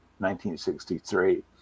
1963